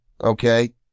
okay